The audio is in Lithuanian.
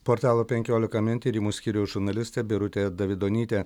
portalo penkiolika min tyrimų skyriaus žurnalistė birutė davidonytė